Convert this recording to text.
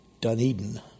Dunedin